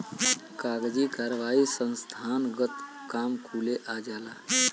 कागजी कारवाही संस्थानगत काम कुले आ जाला